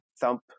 thump